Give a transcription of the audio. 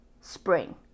spring